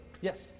yes